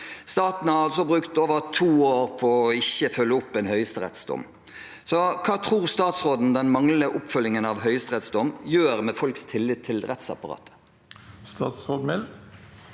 Staten har altså brukt over to år på ikke å følge opp en høyesterettsdom. Hva tror statsråden den manglende oppfølgingen av en høyesterettsdom gjør med folks tillit til rettsapparatet?»